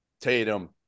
Tatum